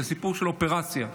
זה סיפור של אופרציה.